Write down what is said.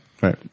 Right